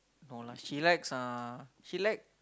no lah she likes uh she like